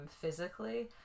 physically